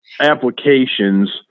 applications